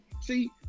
See